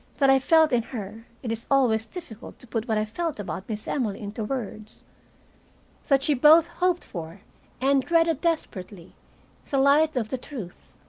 that i felt in her it is always difficult to put what i felt about miss emily into words that she both hoped for and dreaded desperately the light of the truth.